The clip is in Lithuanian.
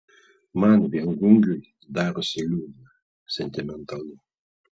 man viengungiui darosi liūdna sentimentalu